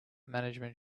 management